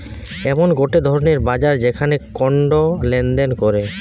এমন গটে ধরণের বাজার যেখানে কন্ড লেনদেন করে